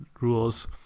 rules